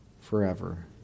forever